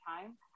time